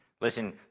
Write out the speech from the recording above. Listen